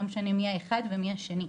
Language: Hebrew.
לא משנה מי האחד ומי השני.